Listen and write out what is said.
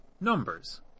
Numbers